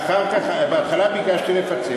בהתחלה ביקשתי לפצל,